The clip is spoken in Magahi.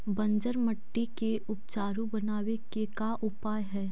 बंजर मट्टी के उपजाऊ बनाबे के का उपाय है?